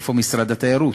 איפה משרד התיירות?